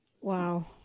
Wow